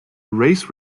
race